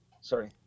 Sorry